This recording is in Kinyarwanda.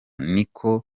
niko